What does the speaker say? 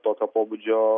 tokio pobūdžio